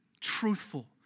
truthful